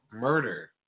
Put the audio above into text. Murder